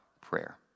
prayer